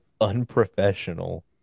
unprofessional